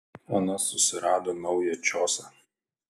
anas susirado naują čiosą